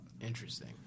Interesting